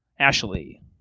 Ashley